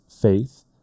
faith